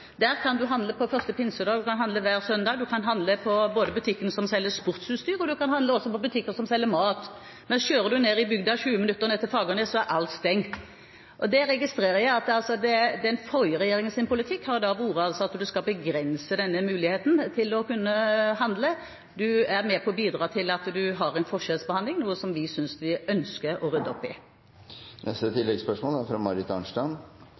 der kan en handle på 1. pinsedag, en kan handle hver søndag, og en kan handle på både butikker som selger sportsutstyr og butikker som selger mat. Men kjører en ned i bygda, 20 minutter ned til Fagernes, er alt stengt. Jeg registrerer at den forrige regjeringens politikk har vært at en skal begrense denne muligheten til å kunne handle. Da er en med på å bidra til en forskjellsbehandling, noe som vi ønsker å rydde opp i. Marit Arnstad – til oppfølgingsspørsmål. Dette tyder mer og mer på å bli en nokså merkverdig reform. Det er